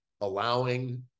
allowing